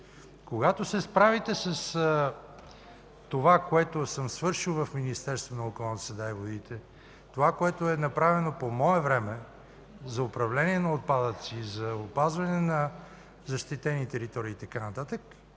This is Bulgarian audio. Когато се справите с това, което съм свършил в Министерството на околната среда и водите, това, което е направено по мое време за управление на отпадъци, за опазване на защитени територии и така